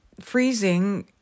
freezing